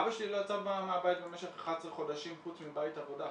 אבא שלי לא יצא מהבית במשך 11 חודשים חוץ מבית-עבודה,